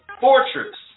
fortress